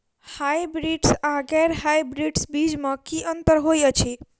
Hybrids आ गैर hybrids बीज म की अंतर होइ अछि?